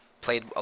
played